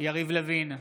יריב לוין,